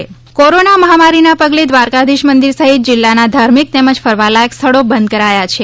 દ્વારકા મંદિરો કોરોના મહામારીના પગલે દ્વારકાધીશ મંદિર સહીત જિલ્લાના ધાર્મિક તેમજ ફરવા લાયક સ્થળો બંધ કરાયા છે